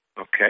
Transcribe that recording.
Okay